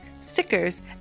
stickers